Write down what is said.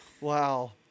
Wow